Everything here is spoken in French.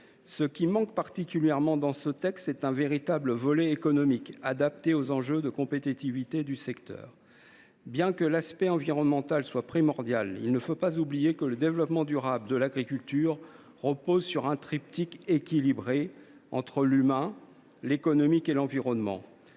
Ce qui manque particulièrement dans ce texte, c’est un véritable volet économique adapté aux enjeux de compétitivité du secteur. Bien que l’aspect environnemental soit primordial, il ne faut pas oublier que le développement durable de l’agriculture repose sur un triptyque équilibré entre l’humain, l’économique et l’environnement.